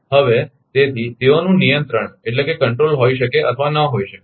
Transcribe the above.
હવે તેથી તેઓનું નિયંત્રણ હોઈ શકે અથવા ન હોઈ શકે